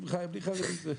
בלי חרדים זה וכולי.